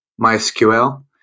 MySQL